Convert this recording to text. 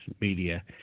media